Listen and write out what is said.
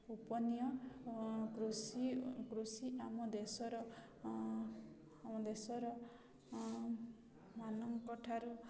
ଉପନୀୟ କୃଷି କୃଷି ଆମ ଦେଶର ଆମ ଦେଶର ମାନଙ୍କଠାରୁ